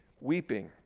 weeping